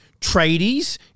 tradies